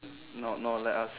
no no let us